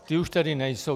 Ty už tady nejsou.